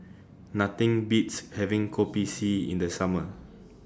Nothing Beats having Kopi C in The Summer